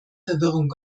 verwirrung